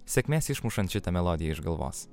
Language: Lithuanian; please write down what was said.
sėkmės išmušant šitą melodiją iš galvos